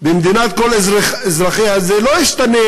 במדינת כל אזרחיה זה לא ישתנה